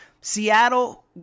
Seattle